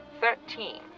thirteen